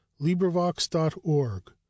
LibriVox.org